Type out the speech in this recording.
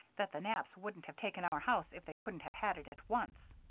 that the knapps wouldn't have taken our house if they couldn't have had it at once.